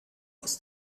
aus